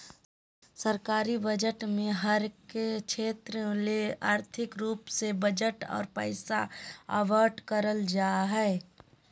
सरकारी बजट मे हरेक क्षेत्र ले आर्थिक रूप से बजट आर पैसा आवंटन करल जा हय